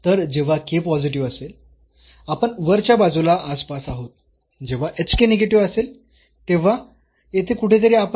तर जेव्हा k positive असेल आपण वरच्या बाजूला आसपास आहोत जेव्हा h k निगेटिव्ह असेल तेव्हा येथे कुठेतरी आपण आसपास आहोत